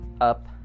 up